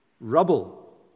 Rubble